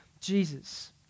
Jesus